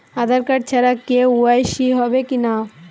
আধার card ছাড়া KYC হবে কিনা?